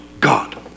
God